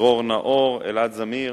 דרור נאור, אלעד זמיר